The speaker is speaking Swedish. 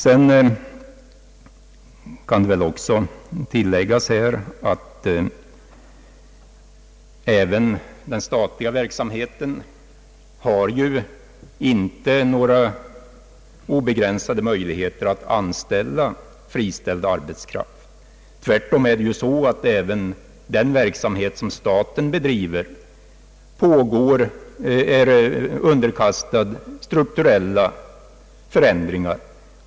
Det kan väl också tilläggas att de statliga instanserna inte har obegränsade möjligheter att sysselsätta friställd arbetskraft — tvärtom är även den statliga verksamheten underkastad strukturella förändringar.